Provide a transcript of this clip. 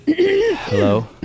Hello